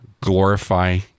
glorify